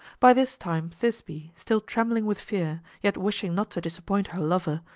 by this time thisbe, still trembling with fear, yet wishing not to disappoint her lover,